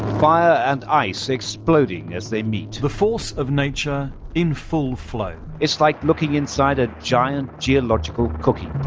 fire and ice exploding as they meet the force of nature in full flow it's like looking inside a giant geological cooking